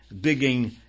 digging